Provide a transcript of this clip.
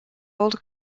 old